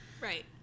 Right